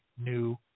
new